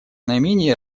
наименее